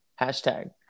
hashtag